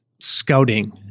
scouting